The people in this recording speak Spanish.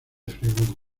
friburgo